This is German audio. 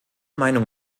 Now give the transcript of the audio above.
meinung